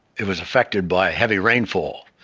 it was affected by heavy rainfall.